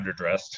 underdressed